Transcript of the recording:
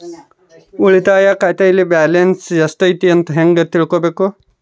ಉಳಿತಾಯ ಖಾತೆಯಲ್ಲಿ ಬ್ಯಾಲೆನ್ಸ್ ಎಷ್ಟೈತಿ ಅಂತ ಹೆಂಗ ತಿಳ್ಕೊಬೇಕು?